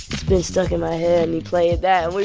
it's been stuck in my head. and he played that,